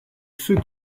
ceux